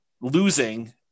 losing